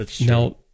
Now